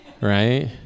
right